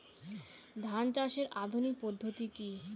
ধান চাষের আধুনিক পদ্ধতি কি?